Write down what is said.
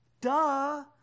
Duh